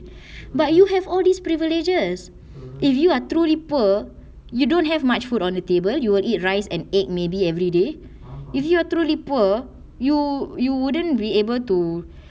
but you have all these privileges if you are truly poor you don't have much food on the table you will eat rice and egg maybe everyday if you are truly poor you you wouldn't be able to